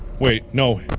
wait no